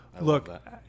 look